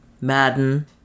Madden